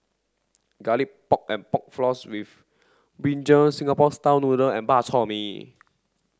garlic pork and pork floss with Brinjal Singapore style noodle and Bak Chor Mee